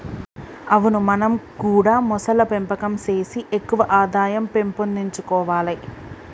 అవును మనం గూడా మొసళ్ల పెంపకం సేసి ఎక్కువ ఆదాయం పెంపొందించుకొవాలే